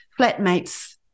flatmates